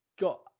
got